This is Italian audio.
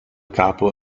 capo